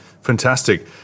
fantastic